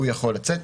הוא יכול לצאת.